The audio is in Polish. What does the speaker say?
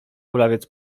kulawiec